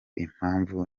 impamvu